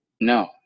No